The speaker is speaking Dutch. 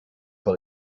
wel